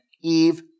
Eve